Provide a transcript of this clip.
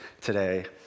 today